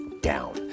down